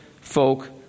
folk